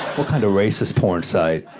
kind of racist porn site.